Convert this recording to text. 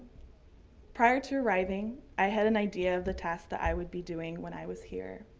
prior to arriving i had an idea of the task that i would be doing when i was here.